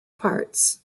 parts